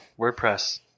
WordPress